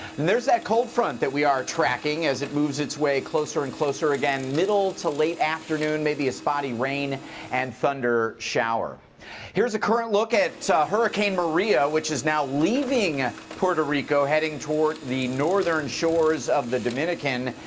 there's that cold front that we are tracking as it moves its way closer and closer again, middle to late afternoon, maybe a spotty rain and thundershower. here's a current look at hurricane maria, which is now leaving ah puerto rico, heading toward the northern shores of the dominican.